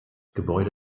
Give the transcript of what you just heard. gebäude